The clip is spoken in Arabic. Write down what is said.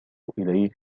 إليه